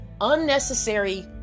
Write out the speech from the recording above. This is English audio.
unnecessary